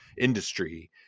industry